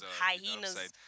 hyenas